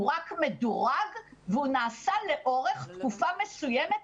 הוא רק מדורג והוא נעשה לאורך תקופה מסוימת,